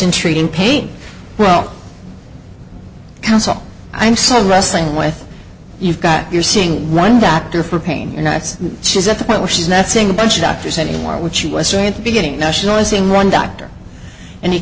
treating pain well counsel i'm so wrestling with you've got you're seeing one doctor for pain and that's she's at the point where she's not seeing a bunch of doctors anymore which she was really at the beginning nationalising one doctor and he